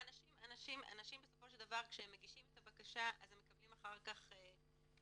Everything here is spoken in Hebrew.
--- אנשים בסופו של דבר כשהם מגישים את הבקשה הם מקבלים אחר כך מענה,